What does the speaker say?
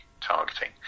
targeting